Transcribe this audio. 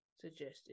suggested